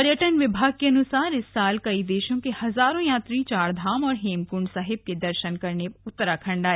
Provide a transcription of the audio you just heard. पर्यटन विभाग के अनुसार इस साल कई देशों के हजारों यात्री चारधाम और हेमकुंड साहिब के दर्शन करने उत्तराखंड आए